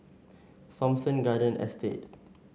Thomson Garden Estate